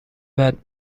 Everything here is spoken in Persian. بعد